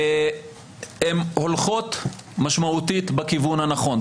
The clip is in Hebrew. הן הולכות משמעותית בכיוון הנכון.